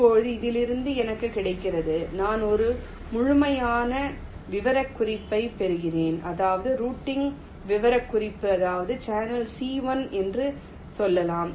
இப்போது இதிலிருந்து எனக்குக் கிடைக்கிறது நான் ஒரு முழுமையான விவரக்குறிப்பைப் பெறுகிறேன் அதாவது ரூட்டிங் விவரக்குறிப்பு அதாவது சேனல் C 1 என்று சொல்லலாம்